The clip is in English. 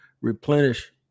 replenish